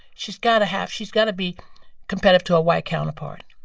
she's got to have she's got to be competitive to a white counterpart.